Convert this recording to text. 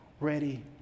ready